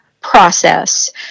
process